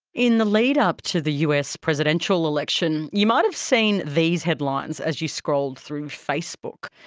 in the lead-up to the us presidential election you might have seen these headlines as you scrolled through facebook.